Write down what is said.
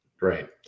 right